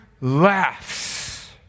laughs